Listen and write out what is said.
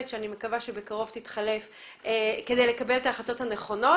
שאני מקווה שבקרוב תתחלף כדי לקבל את ההחלטות הנכונות.